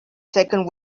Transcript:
second